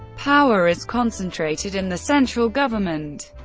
power is concentrated in the central government.